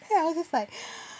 then I was just like